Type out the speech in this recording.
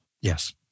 Yes